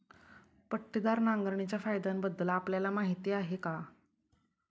पट्टीदार नांगरणीच्या फायद्यांबद्दल आपल्याला माहिती आहे का?